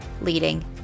leading